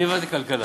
אני הבנתי כלכלה.